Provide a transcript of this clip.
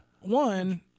one